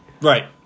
right